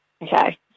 Okay